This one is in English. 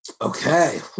okay